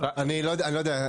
אני לא יודע.